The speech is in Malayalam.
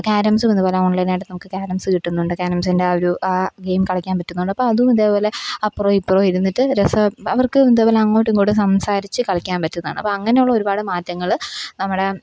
ക്യാരംസും ഇതുപോലെയാണ് ഓണ്ലൈനായിട്ടു നമുക്ക് ക്യാരംസ് കിട്ടുന്നുണ്ട് ക്യാരംസിന്റെ ആ ഒരു ആ ഗെയിം കളിക്കാന് പറ്റുന്നുണ്ട് അപ്പോൾ അതും ഇതേപോലെ അപ്പുറമോ ഇപ്പുറമോ ഇരുന്നിട്ട് രസം അവര്ക്ക് ഇതേപോലെ അങ്ങോട്ടും ഇങ്ങോട്ടും സംസാരിച്ചു കളിക്കാന് പറ്റുന്നതാണ് അപ്പം അങ്ങനെയുള്ള ഒരുപാട് മാറ്റങ്ങൾ നമ്മുടെ